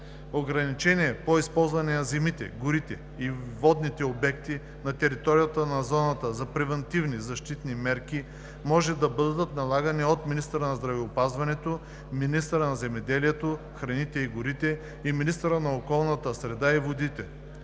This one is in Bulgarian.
Ограничения по използване на земите, горите и водните обекти на територията на зоната за превантивни защитни мерки може да бъдат налагани от министъра на здравеопазването, министъра на земеделието, храните и горите и министъра на околната среда и водите,